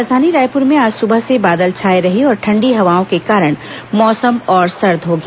राजधानी रायपुर में आज सुबह से बादल छाए रहे और ठंडी हवाओं के कारण मौसम और सर्द हो गया